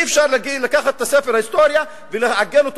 אי-אפשר לקחת את ספר ההיסטוריה ולעגן אותו